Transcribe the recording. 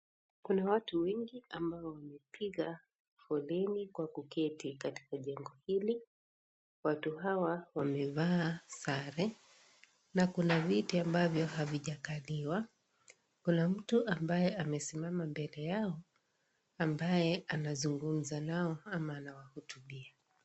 Kuna watu wengi ambao wamepiga foleni kwa kuketi katika jengo hili watu hawa wamevaa sare na kuna viti ambavyo havijakaliwa kuna mtu ambaye amesimama mbele yao ambaye anazungumza naye ama anawahotubia.